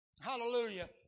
hallelujah